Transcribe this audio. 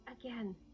again